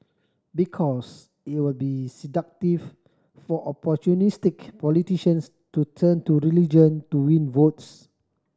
because it will be seductive for opportunistic politicians to turn to religion to win votes